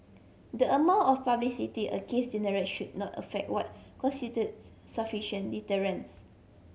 the amount of publicity a case generate should not affect what constitute sufficient deterrence